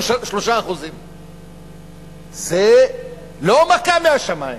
הוא 3%. זה לא מכה מהשמים,